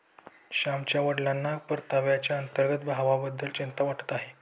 श्यामच्या वडिलांना परताव्याच्या अंतर्गत भावाबद्दल चिंता वाटत आहे